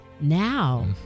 now